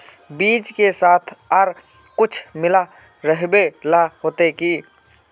बीज के साथ आर कुछ मिला रोहबे ला होते की?